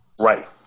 Right